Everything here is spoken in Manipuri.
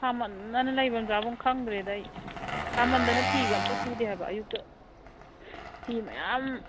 ꯁꯥꯃꯟꯗꯅ ꯂꯩꯕꯝ ꯆꯥꯕꯝ ꯈꯪꯗ꯭ꯔꯦꯗ ꯑꯩ ꯁꯥꯃꯟꯗꯅ ꯐꯤꯒ ꯑꯝꯇ ꯁꯨꯗꯦ ꯍꯥꯏꯕ ꯑꯌꯨꯛꯇ ꯐꯤ ꯃꯌꯥꯝ